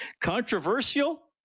Controversial